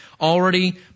already